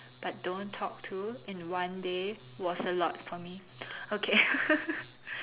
but don't talk to in one day was a lot for me okay